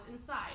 inside